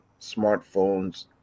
smartphones